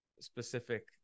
specific